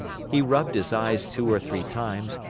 he rubbed his eyes two or three times,